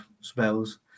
spells